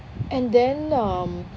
and then um